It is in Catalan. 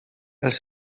els